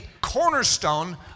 cornerstone